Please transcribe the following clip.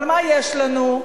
אבל מה יש לנו?